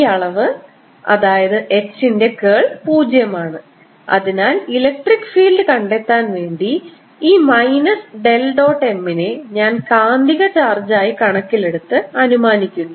ഈ അളവ് അതായത് H ൻറെ കേൾ പൂജ്യമാണ് അതിനാൽ ഇലക്ട്രിക് ഫീൽഡ് കണ്ടെത്താൻ വേണ്ടി ഈ മൈനസ് ഡെൽ ഡോട്ട് M നെ ഞാൻ കാന്തിക ചാർജായി കണക്കിലെടുത്ത് അനുമാനിക്കുന്നു